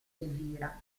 elvira